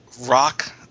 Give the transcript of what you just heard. rock